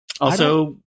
Also-